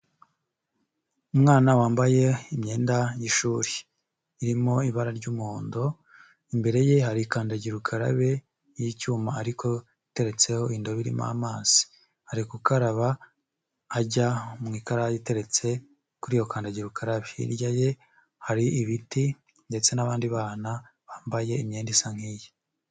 Umwana wambaye imyenda y'ishuri irimo ibara ry'umuhondo, imbere ye hari kandagira ukarabe y'icyuma ariko iteretseho indobo irimo amazi, ari gukaraba ajya mu ikarayi iteretse kuri iyo kandagira ukarabe, hirya ye hari ibiti ndetse n'abandi bana bambaye imyenda isa nk'iye.